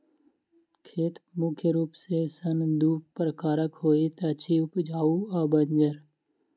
खेत मुख्य रूप सॅ दू प्रकारक होइत अछि, उपजाउ आ बंजर